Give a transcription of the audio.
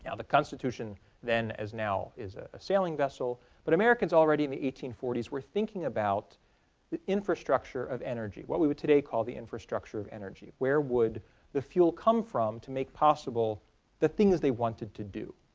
ah the constitution then as now is a sailing vessel but americans already in the eighteen forty s were thinking about the infrastructure of energy what we would today call the infrastructure of energy where would the fuel come from to make possible the things they wanted to do.